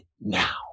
now